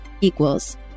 equals